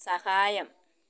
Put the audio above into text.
സഹായം